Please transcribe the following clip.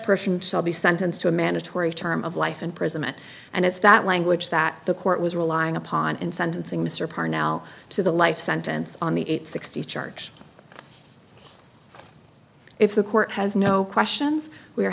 person so be sentenced to a mandatory term of life imprisonment and it's that language that the court was relying upon in sentencing mr parr now to the life sentence on the eight sixty charge if the court has no questions we